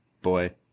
boy